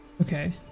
Okay